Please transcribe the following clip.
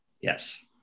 Yes